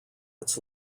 its